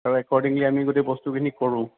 আৰু একৰ্ডিংলি আমি গোটেই বস্তুখিনি কৰোঁ